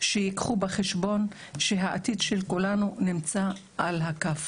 שייקחו בחשבון שהעתיד של כולנו נמצא על הכף,